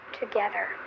together